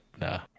No